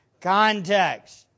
Context